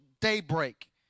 daybreak